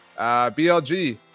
BLG